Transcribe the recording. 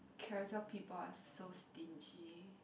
charactered people are so stingy